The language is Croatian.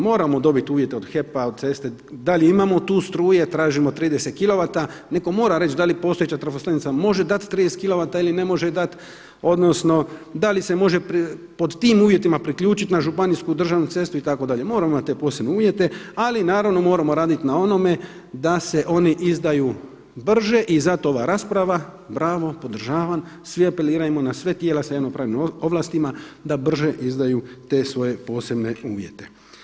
Moramo dobiti uvjete od HEP-a, od ceste da li imamo tu struje, tražimo 30 kilovata, netko mora reći da li postojeća trafo stanica može dati 30 kilovata ili ne može dati odnosno da li se može pod tim uvjetima priključiti na županijsku državnu cestu itd., moramo imati te posebne uvjete ali naravno moramo raditi na onome da se oni izdaju brže i zato ova rasprava, bravo, podržavam, svi apelirajmo na sva tijela s javno pravnim ovlastima da brže izdaju te svoje pravne uvjete.